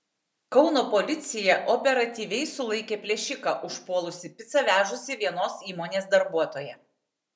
kauno policija operatyviai sulaikė plėšiką užpuolusį picą vežusį vienos įmonės darbuotoją